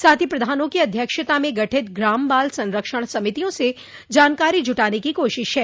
साथ ही प्रधानों की अध्यक्षता में गठित ग्राम बाल संरक्षण समितियों से जानकारी जूटाने की कोशिश है